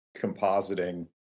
compositing